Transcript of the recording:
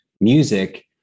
music